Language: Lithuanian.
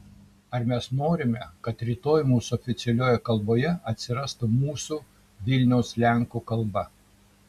ar mes norime kad rytoj mūsų oficialioje kalboje atsirastų mūsų vilniaus lenkų kalba